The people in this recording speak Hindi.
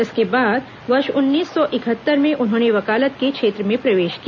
इसके बाद वर्ष उन्नीस सौ इकहत्तर में उन्होंने वकालत के क्षेत्र में प्रवेश किया